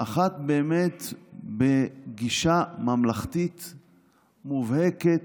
אחזת באמת בגישה ממלכתית מובהקת,